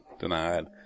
denied